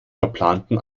verplanten